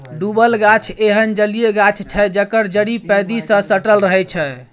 डुबल गाछ एहन जलीय गाछ छै जकर जड़ि पैंदी सँ सटल रहै छै